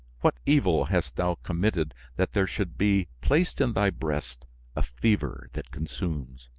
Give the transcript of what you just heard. what evil hast thou committed that there should be placed in thy breast a fever that consumes?